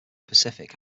pacific